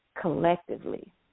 collectively